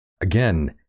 again